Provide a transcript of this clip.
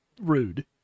Rude